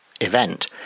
event